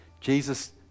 Jesus